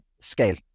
scale